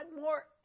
more